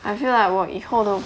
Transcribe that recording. I feel like 我以后都